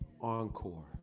encore